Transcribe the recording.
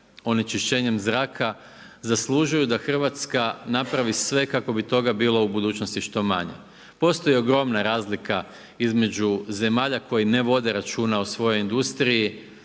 onečišćenjem zraka, zaslužuju da Hrvatska napravi sve kako bi toga bilo u budućnosti što manje. Postoji ogromna razlika između zemalja koje ne vode računa o svojoj industriji